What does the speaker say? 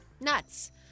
Nuts